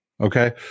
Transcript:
Okay